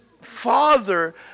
father